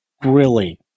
grilling